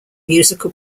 music